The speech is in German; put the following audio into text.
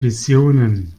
visionen